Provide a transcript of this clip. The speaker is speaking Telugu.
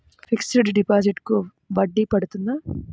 ఫిక్సడ్ డిపాజిట్లకు వడ్డీ పడుతుందా?